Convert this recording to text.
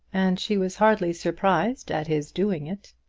and she was hardly surprised at his doing it.